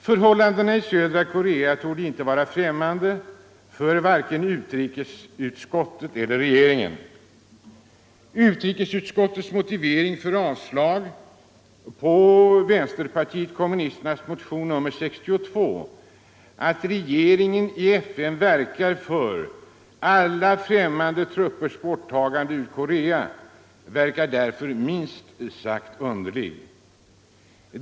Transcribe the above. Förhållandena i södra Korea torde inte vara främmande för vare sig utrikesutskottet eller regeringen. Utrikesutskottets motivering för avslag på vänsterpartiet kommunisternas motion nr 62, att regeringen i FN verkar för alla främmande truppers bortdragande ur Korea, verkar därför minst sagt underlig.